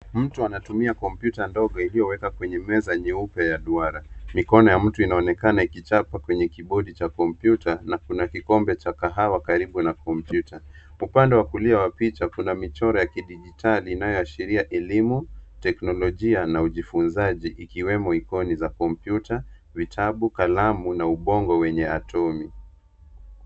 Mtu anatumia kompyuta ndogo iliyoweka kwenye meza nyeupe ya duara. Mikono ya mtu inaonekana ikichapa kwenye kibodi cha kompyuta na kuna kikombe cha kahawa karibu na kompyuta. Upande wa kulia wa picha kuna michoro ya kidijitali inayoashiria elimu, teknolojia na ujifunzaji, ikiwemo ikoni za kompyuta, vitabu, kalamu na ubongo wenye atomi .